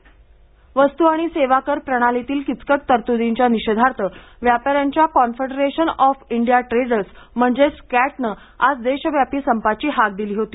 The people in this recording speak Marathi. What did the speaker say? जीएसटी बंद वस्तू आणि सेवा कर प्रणालीतील किचकट तरतुर्दीच्या निषेधार्थ व्यापाऱ्यांच्या कॉन्फडरेशन ऑफ इंडिया ट्रेडर्स म्हणजेच कॅट ने देशव्यापी संपाची हाक दिली होती